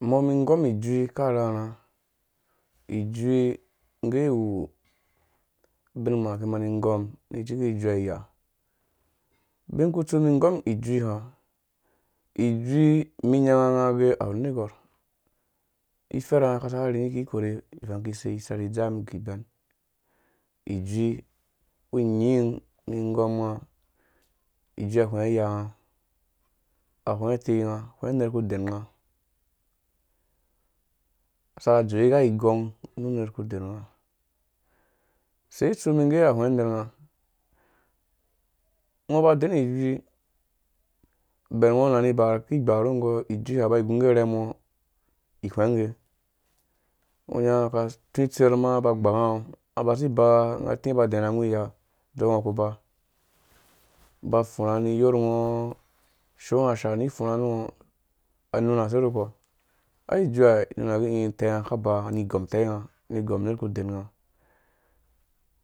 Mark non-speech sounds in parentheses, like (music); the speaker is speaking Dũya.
Mum mi ngom ijui akarharha ijui ngge wu bin (unintelligible) ki mani ngom nu ciku ijuee iya. binkutsu mi mani ngom ijui ha, ijui mi nyanga nga ga awu negwarh iferha nga ka saka (unintelligible) ivang kise isaki dzam iguiben ijui unyin mi ngom nga ijui ahwenga iya nga ahwengã ikei nga hwenga unerh ku denga asaka dzowu ka igong nu nerku den nga use tsu mum nge ahwenga ner nga? Ngo ba en ijui (unintelligible) ki barhungo ijui ha ngge ba igu ngge urhem ngo ihwengge ngɔ ka ti tserh ma ba gbanga ngo aba si ba nga ti ba dɛ na ngwi iya zɔu ngɔ ku ba, ba furha ni yorh ngɔ shong asha ni furha nu ngɔ anuna use nu ko? Ai ijui ha nuna gɛ i tɛnga ka ba nga ni gɔm tɛnga nga ni gɔm nerh ku den nga